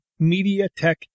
MediaTek